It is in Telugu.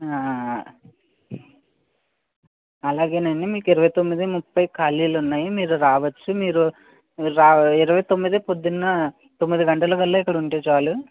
అలాగేనండి మీకు ఇరవై తొమ్మిది ముఫ్ఫైకి ఖాళీలు ఉన్నాయి అండి మీరు రావ ఇరవై తొమ్మిది పొద్దున్న తొమ్మిద గంటలకల్లా ఇక్కడ ఉంటే చాలు